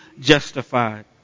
justified